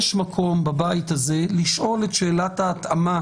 יש מקום בבית הזה לשאול את שאלת ההתאמה